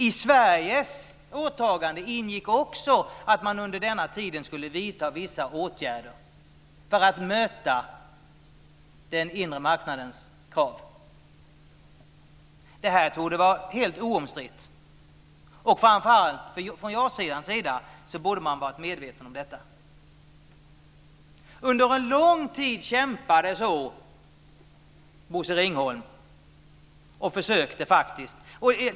I Sveriges åtagande ingick också att man under denna tid skulle vidta vissa åtgärder för att möta den inre marknadens krav. Det här torde vara helt oomstritt. Framför allt borde man ha varit medveten om detta från ja-sidan. Under lång tid kämpade så Bosse Ringholm. Han försökte faktiskt.